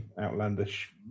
outlandish